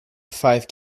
five